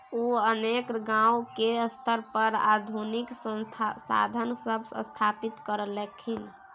उ अनेक गांव के स्तर पर आधुनिक संसाधन सब स्थापित करलखिन